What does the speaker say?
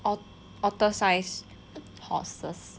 otter size horses